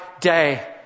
day